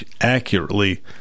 accurately